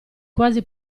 quasi